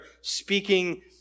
speaking